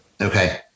Okay